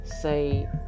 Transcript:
say